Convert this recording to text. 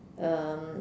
uh